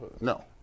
No